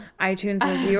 iTunes